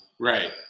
Right